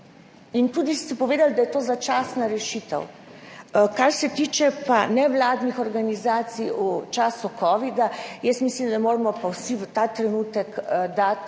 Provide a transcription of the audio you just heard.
Povedali ste tudi, da je to začasna rešitev. Kar se tiče pa nevladnih organizacij v času kovida, jaz mislim, da moramo pa vsi ta trenutek dati